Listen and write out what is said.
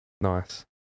Nice